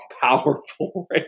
powerful